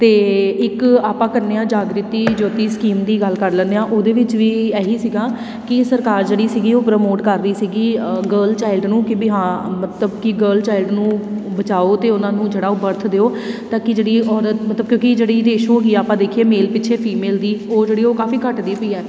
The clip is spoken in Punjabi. ਅਤੇ ਇੱਕ ਆਪਾਂ ਕੰਨਿਆ ਜਾਗ੍ਰਿਤੀ ਜੋਤੀ ਸਕੀਮ ਦੀ ਗੱਲ ਕਰ ਲੈਂਦੇ ਹਾਂ ਉਹਦੇ ਵਿੱਚ ਵੀ ਇਹੀ ਸੀਗਾ ਕਿ ਸਰਕਾਰ ਜਿਹੜੀ ਸੀਗੀ ਉਹ ਪ੍ਰਮੋਟ ਕਰ ਰਹੀ ਸੀਗੀ ਅ ਗਰਲ ਚਾਇਲਡ ਨੂੰ ਕਿ ਵੀ ਹਾਂ ਮਤਲਬ ਕਿ ਗਰਲ ਚਾਇਲਡ ਨੂੰ ਬਚਾਓ ਅਤੇ ਉਹਨਾਂ ਨੂੰ ਜਿਹੜਾ ਉਹ ਬਰਥ ਦਿਓ ਤਾਂ ਕਿ ਜਿਹੜੀ ਔਰਤ ਕਿਉਂਕਿ ਜਿਹੜੀ ਰੇਸ਼ੋ ਹੈਗੀ ਆ ਆਪਾਂ ਦੇਖੀਏ ਮੇਲ ਪਿੱਛੇ ਫੀਮੇਲ ਦੀ ਉਹ ਜਿਹੜੀ ਉਹ ਕਾਫੀ ਘੱਟਦੀ ਪਈ ਆ